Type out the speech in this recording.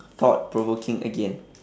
thought provoking again